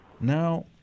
Now